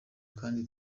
kandi